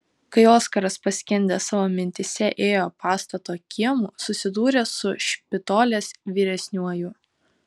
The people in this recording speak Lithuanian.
kai oskaras paskendęs savo mintyse ėjo pastato kiemu susidūrė su špitolės vyresniuoju